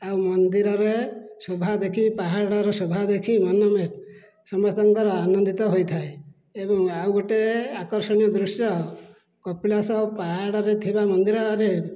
ଆଉ ମନ୍ଦିରର ଶୋଭା ଦେଖିକି ପାହାଡ଼ର ଶୋଭା ଦେଖିକି ମାନୋମୟ ସମସ୍ତଙ୍କର ଆନନ୍ଦିତ ହୋଇଥାଏ ଏବଂ ଆଉ ଗୋଟିଏ ଆକର୍ଷଣୀୟ ଦୃଶ୍ୟ କପିଳାସ ପାହାଡ଼ରେ ଥିବା ମନ୍ଦିରରେ